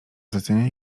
zlecenia